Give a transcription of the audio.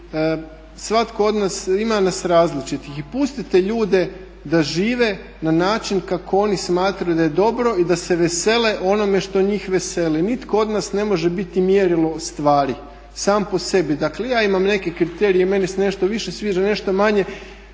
nas ne treba biti, ima nas različitih i pustite ljude da žive na način kako oni smatraju da je dobro i da se vesele onome što njih veseli. Nitko od nas ne može biti mjerilo stvari sam po sebi. Dakle ja imam neke kriterije i meni se nešto više sviđa, nešto manje